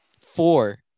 four